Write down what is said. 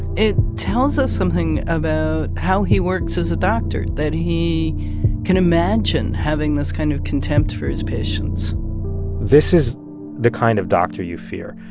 it tells us something about how he works as a doctor that he can imagine having this kind of contempt for his patients this is the kind of doctor you fear.